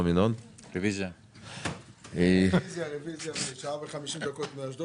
אנחנו מבינים שיש איזשהו סיכון לעמותות מעצם